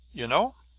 you know.